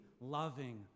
loving